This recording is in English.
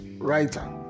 writer